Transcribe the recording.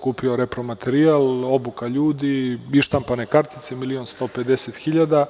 Kupila repromaterijal, obuka ljudi, ištampane kartice, milion 150.000